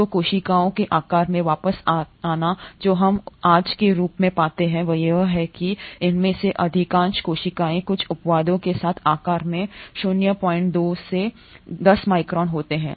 तो कोशिकाओं के आकार में वापस आना जो हम आज के रूप में पाते हैं वह यह है कि इनमें से अधिकांश कोशिकाएं हैं कुछ अपवादों के साथ आकार में 02 से 10 माइक्रोन होते हैं